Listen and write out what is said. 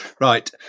Right